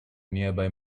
nearby